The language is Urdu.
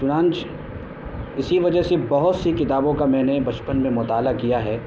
چنانچہ اسی وجہ سے بہت سی کتابوں کا میں نے بچپن میں مطالعہ کیا ہے